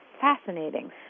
fascinating